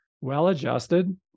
well-adjusted